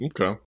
Okay